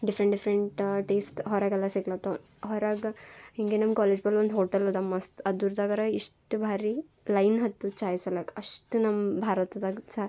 different different taste ಹೊರಗೆಲ್ಲ ಸಿಗ್ಲತ್ತವ ಹೊರಗೆ ಹೀಗೆ ನಮ್ಮ ಕಾಲೇಜ್ ಬಲ್ ಒಂದು ಹೋಟಲ್ ಅದ ಮಸ್ತ್ ಅದುರ್ದಗರ ಇಷ್ಟು ಭಾರಿ ಲೈನ್ ಹತ್ತುದು ಚಾಯಿ ಸಲಕ ಅಷ್ಟು ನಮ್ಮ ಭಾರತದಾಗ ಚಾ